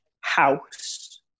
house